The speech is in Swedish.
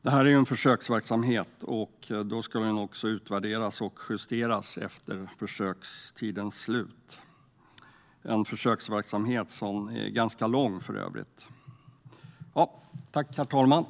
Detta är en försöksverksamhet, och den ska utvärderas och justeras efter försökstidens slut - en försökstid som för övrigt är ganska lång.